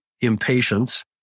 impatience